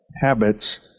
habits